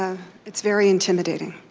ah it's very intimidating